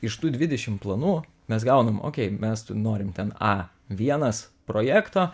iš tų dvidešim planų mes gaunam okei mes norim ten a vienas projekto